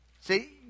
see